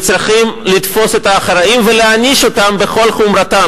וצריכים לתפוס את האחראים ולהעניש אותם בכל החומרה.